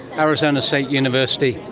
arizona state university,